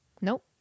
Nope